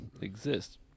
exist